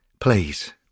Please